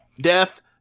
death